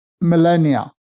millennia